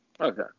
Okay